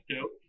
dope